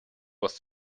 was